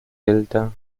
delta